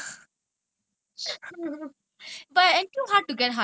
எது கிடைக்குதோ அத சாப்ட்டு போய்டுவேன்:ethu kidaikkutho atha saapttu poiduvaen